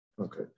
okay